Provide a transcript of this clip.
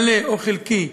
מלא או חלקי,